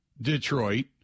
Detroit